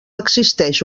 existeix